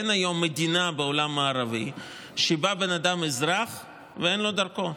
אין היום מדינה בעולם המערבי שבה בן אדם אזרח ואין לו דרכון.